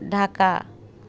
Dhaka